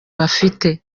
bafite